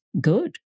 good